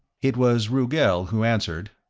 it was rugel who answered.